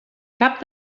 cap